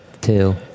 two